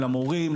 למורים,